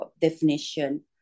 definition